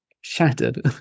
shattered